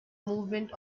movement